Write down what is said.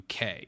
UK